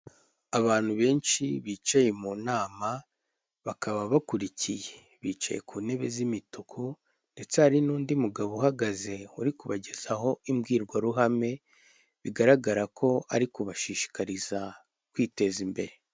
Abantu benshi bicaye mu nama bakaba bakurikiye, bicaye ku ntebe z'imituku ndetse hari n'undi mugabo uhagaze uri kubagezaho imbwirwaruhame bigaragara ko ari kubashishikariza kwiteza imbere.